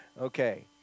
Okay